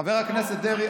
חבר הכנסת דרעי,